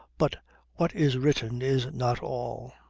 but what is written is not all.